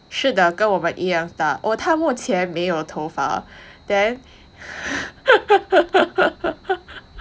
是的跟我们一样大 oh 他目前没有头发 then